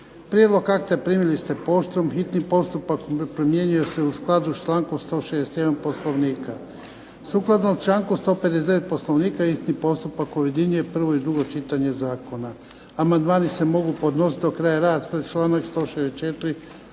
Prijedlog akta primili ste poštom. Hitni postupak primjenjuje se u skladu s člankom 161. Poslovnika. Sukladno članku 159. Poslovnika hitni postupak objedinjuje prvo i drugo čitanje zakona. Amandmani se mogu podnositi do kraja rasprave članak 164. POslovnika.